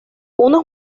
unos